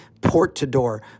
port-to-door